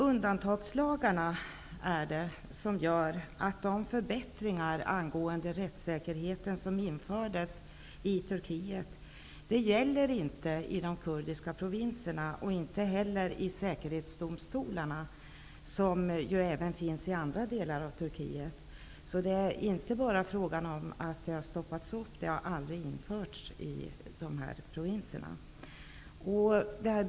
Undantagslagarna gör att de förbättringar av rättssäkerheten som infördes i Turkiet inte gäller i de kurdiska provinserna och inte heller i säkerhetsdomstolarna, som ju förekommer också i andra delar av Turkiet. Det är alltså inte fråga om att förbättringarna har stoppats upp, utan de har aldrig införts i dessa provinser.